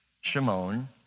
Shimon